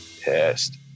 Pissed